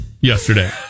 yesterday